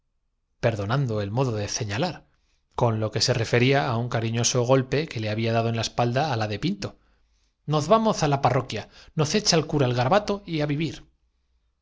y yo con la doncella perdonando el modo de ceñalar con lo que se refería á un cariñoso golpe que le había dado en la espalda á la de pintonoz vamos á la parroquia noz echa el cura el garabato y á vivir a